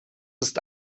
ist